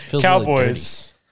Cowboys